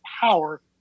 power